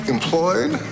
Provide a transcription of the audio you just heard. Employed